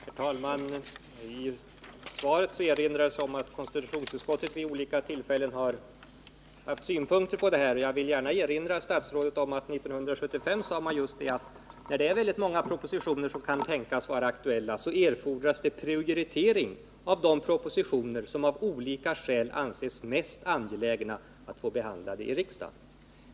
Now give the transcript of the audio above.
Herr talman! I svaret nämner statsrådet Tham att konstitutionsutskottet vid olika tillfällen har haft synpunkter på propositionsavlämnandet. Jag vill gärna erinra statsrådet om konstitutionsutskottets uttalande år 1975, att när många propositioner kan tänkas vara aktuella erfordras prioritering av de propositioner som av olika skäl anses mest angelägna att få behandlade i riksdagen.